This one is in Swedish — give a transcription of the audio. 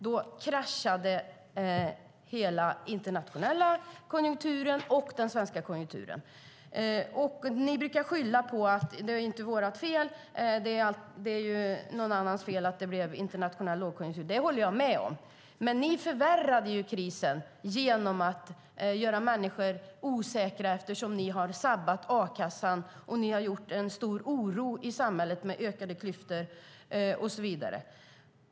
Då kraschade den internationella konjunkturen och den svenska konjunkturen. Ni brukar skylla på att det inte är ert fel, utan att det är någon annans fel att det blev en internationell lågkonjunktur. Det håller jag med om, men ni förvärrade krisen genom att göra människor osäkra eftersom ni har sabbat a-kassan. Ni har orsakat en stor oro i samhället med ökade klyftor och så vidare.